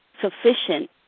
sufficient